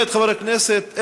חבר הכנסת,